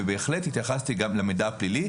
ובהחלט התייחסתי לנושא המידע הפלילי.